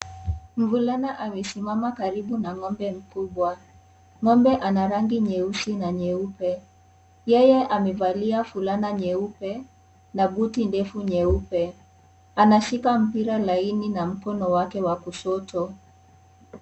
Mvulana amesimama karibu na ng'ombe mkubwa , ng'ombe ana rangi nyeusi na nyeupe . Yeye amevalia fulana nyeupe na buti ndefu nyeupe , anashika mpira laini na mkono wake wa kushoto.